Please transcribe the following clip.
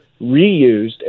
reused